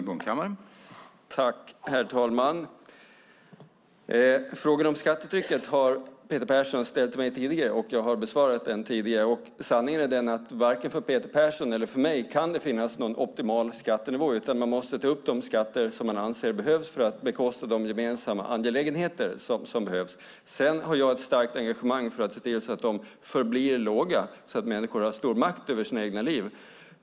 Herr talman! Frågan om skattetrycket har Peter Persson ställt till mig tidigare, och jag har besvarat den tidigare. Sanningen är den att det varken för Peter Persson eller mig kan finns någon optimal skattenivå, utan man måste ta upp de skatter som man anser behövs för att bekosta de gemensamma angelägenheter som behövs. Jag har dock ett starkt engagemang för att se till att skatterna förblir låga så att människor har stor makt över sina egna liv.